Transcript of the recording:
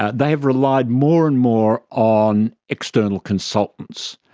ah they have relied more and more on external consultants.